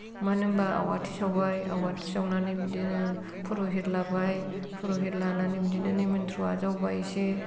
मानो होमबा आवाथि सावबाय आवाथि सावनानै बिदिनो पुरहित लाबाय पुरहित लानानै बिदिनो निमन्थ्र' आजावबाय इसे